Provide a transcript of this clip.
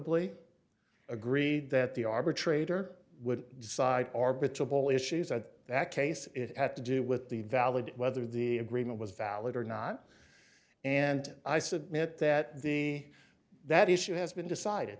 y agreed that the arbitrator would decide arbiter of all issues that that case it had to do with the valid whether the agreement was valid or not and i submit that the that issue has been decided